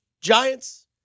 Giants